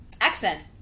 accent